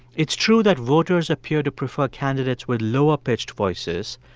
it's true that voters appear to prefer candidates with lower pitched voices,